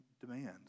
demand